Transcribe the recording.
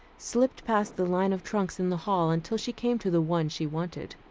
slipped past the line of trunks in the hall until she came to the one she wanted.